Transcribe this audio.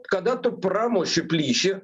kada tu pramuši plyšį